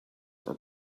are